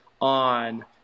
on